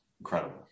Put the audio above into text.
Incredible